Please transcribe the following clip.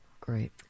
Great